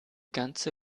ganze